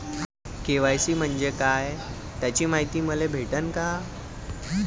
KYC म्हंजे काय त्याची मायती मले भेटन का?